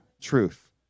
truth